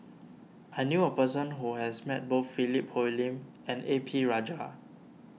I knew a person who has met both Philip Hoalim and A P Rajah